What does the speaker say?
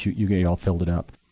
you filled it up.